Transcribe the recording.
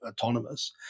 autonomous